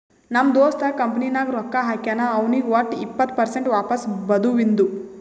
ನಮ್ ದೋಸ್ತ ಕಂಪನಿ ನಾಗ್ ರೊಕ್ಕಾ ಹಾಕ್ಯಾನ್ ಅವ್ನಿಗ್ ವಟ್ ಇಪ್ಪತ್ ಪರ್ಸೆಂಟ್ ವಾಪಸ್ ಬದುವಿಂದು